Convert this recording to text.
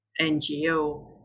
NGO